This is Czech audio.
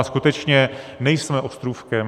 A skutečně nejsme ostrůvkem.